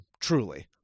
Truly